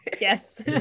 Yes